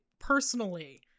personally